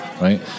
right